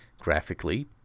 graphically